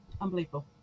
unbelievable